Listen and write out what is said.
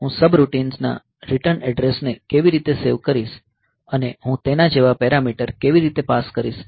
હું સબરૂટિન્સના return address ને કેવી રીતે સેવ કરીશ અને હું તેના જેવા પેરામીટર કેવી રીતે પાસ કરીશ